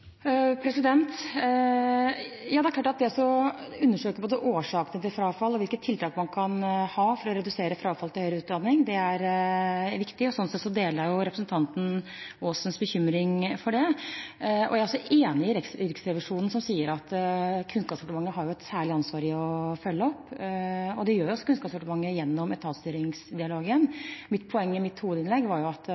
Det å undersøke både årsakene til frafall og hvilke tiltak man kan ha for å redusere frafallet i høyere utdanning, er viktig. Slik sett deler jeg representanten Aasens bekymring over dette. Jeg er også enig med Riksrevisjonen, som sier at Kunnskapsdepartementet har et særlig ansvar for å følge opp. Det gjør Kunnskapsdepartementet gjennom etatsstyringsdialogen. Mitt poeng i mitt hovedinnlegg var at